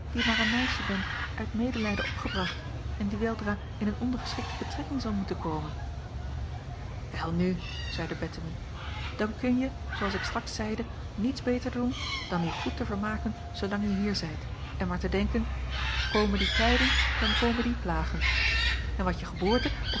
die maar een meisje ben uit medelijden opgebracht en die weldra in een ondergeschikte betrekking zal moeten komen welnu zeide bettemie dan kunje zoo als ik straks zeide niets beter doen dan u goed te vermaken zoolang je hier zijt en maar te denken komen die tijden dan komen die plagen en wat je geboorte